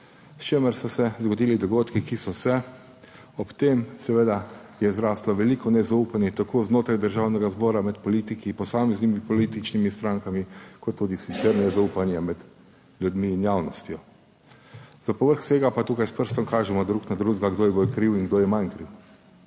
s čimer so se zgodili dogodki, ki so se. Ob tem seveda je zraslo veliko nezaupanje tako znotraj Državnega zbora, med politiki, posameznimi političnimi strankami kot tudi sicer nezaupanje med ljudmi in javnostjo. Za povrh vsega pa tukaj s prstom kažemo drug na drugega, kdo je bolj kriv in kdo je manj kriv.